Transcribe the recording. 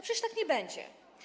Przecież tak nie będzie.